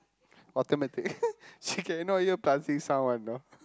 automatic she cannot hear plastic sound one know